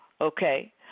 okay